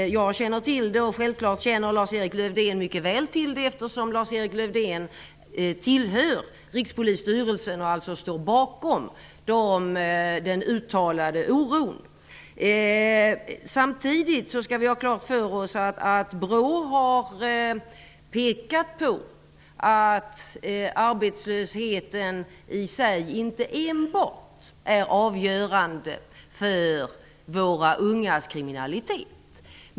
Jag känner till det, och självklart känner Lars-Erik Lövdén mycket väl till det, eftersom han tillhör Rikspolisstyrelsen och alltså står bakom den uttalade oron. Samtidigt skall vi ha klart för oss att BRÅ har pekat på att enbart arbetslösheten i sig inte är avgörande för våra ungas kriminialitet.